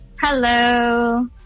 Hello